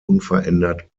unverändert